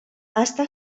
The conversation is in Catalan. està